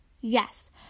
Yes